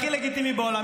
הכי לגיטימי בעולם,